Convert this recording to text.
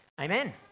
Amen